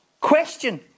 Question